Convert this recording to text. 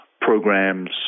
programs